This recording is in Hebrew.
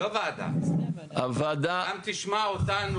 אני מבטיח